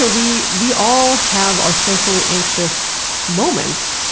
ah we we all have our socially anxious moments.